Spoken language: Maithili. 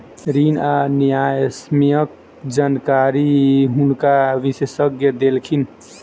ऋण आ न्यायसम्यक जानकारी हुनका विशेषज्ञ देलखिन